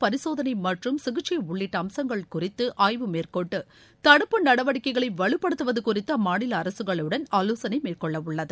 பரிசோதனை மற்றும் சிகிச்சை உள்ளிட்ட அம்சங்கள் குறித்து ஆய்வு மேற்கொண்டு தடுப்பு நடவடிக்கைகளை வலுப்படுத்துவது குறித்து அம்மாநில அரசுகளுடன் ஆவோசனை மேற்கொள்ளவுள்ளது